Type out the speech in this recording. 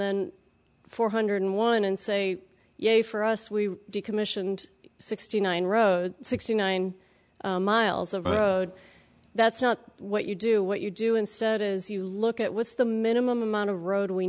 and four hundred one and say yay for us we decommissioned sixty nine road sixty nine miles of road that's not what you do what you do instead is you look at what's the minimum amount of road we